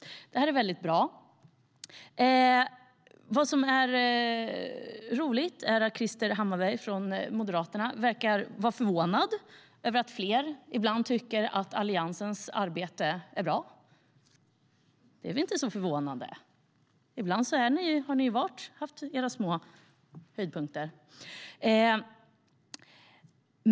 Det här är väldigt bra. Vad som är roligt är att Krister Hammarbergh från Moderaterna verkar vara förvånad över att fler ibland tycker att Alliansens arbete är bra. Det är väl inte så förvånande. Ibland har ni ju haft era små höjdpunkter.